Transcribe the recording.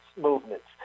movements